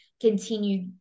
continue